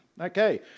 Okay